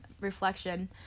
reflection